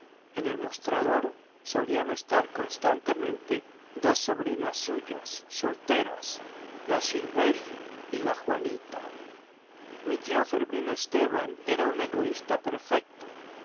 en el mostrador solían estar constantemente dos sobrinas suyas solteras la shilveri y la juanita mi tío fermín esteban era un egoísta perfecto